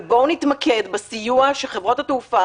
אבל בואו נתמקד בסיוע שחברות התעופה